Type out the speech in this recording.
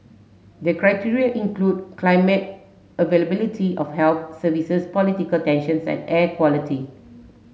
the criteria include climate availability of health services political tensions and air quality